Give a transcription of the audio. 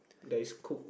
that is cooked